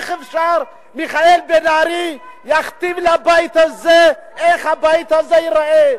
איך אפשר שמיכאל בן-ארי יכתיב לבית הזה איך הבית הזה ייראה?